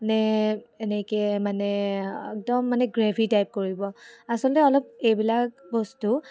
নে এনেকৈ মানে একদম মানে গ্ৰেভি টাইপ কৰিব আচলতে অলপ এইবিলাক বস্তু